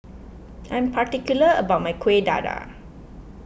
I'm particular about my Kueh Dadar